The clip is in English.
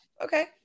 Okay